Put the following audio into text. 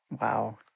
Wow